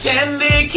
Candy